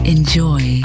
Enjoy